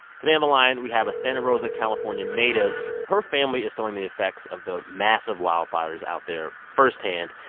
today on the line, we have a santa rosa, calif, and native. her family is feeling the effects of the massive wildfires out there firsthand.